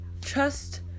trust